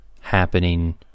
happening